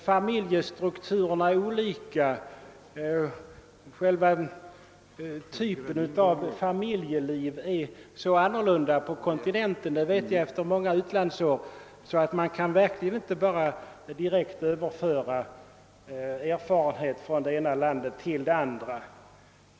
Familjestrukturen är olika i olika länder, och själva typen av familjeliv ter sig så annorlunda på kontinenten — det vet jag efter många utlandsår — att man verkligen inte bara kan direkt överföra erfarenheter från det ena landet till det andra.